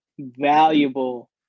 valuable